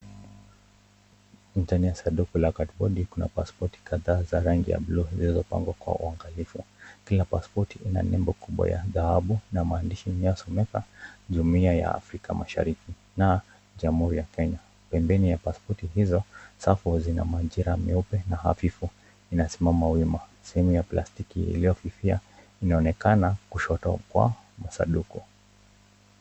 Ndani ya sanduku la kadipodi kuna pasipoti kadhaa za rangi ya bluu zilizopangwa kwa uangalifu. Kila pasipoti inanembo kubwa ya dhahabu na maandishi yanayosomeka jumuia ya Africa mashariki na jamuhuri ya Kenya. Pembeni ya pasipoti hizo safu zina majiraha meupe hafifu zinasimama wima sehemu ya plastiki hiyo iliyofifia inaonekana kushoto kwa masaduku.